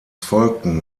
folgten